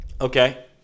okay